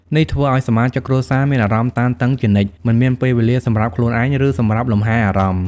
នេះធ្វើឲ្យសមាជិកគ្រួសារមានអារម្មណ៍តានតឹងជានិច្ច មិនមានពេលវេលាសម្រាប់ខ្លួនឯង ឬសម្រាប់លំហែអារម្មណ៍។